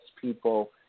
people